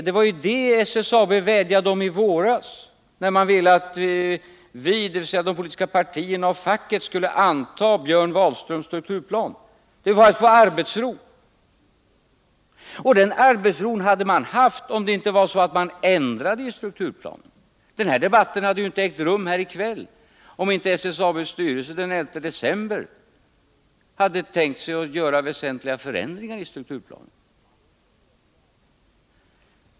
Det var detta SSAB vädjade om i våras, när man ville att de politiska partierna och facket skulle anta Björn Wahlströms strukturplan. Man ville ha arbetsro. Den arbetsron hade man haft om man inte hade ändrat i strukturplanen. Denna debatt hade inte behövt äga rum här i kväll, om inte SAAB:s styrelse den 11 december hade tänkt sig att göra väsentliga förändringar i strukturplanen.